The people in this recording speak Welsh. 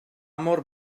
mor